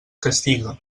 castiga